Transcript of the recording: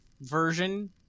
version